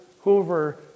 Hoover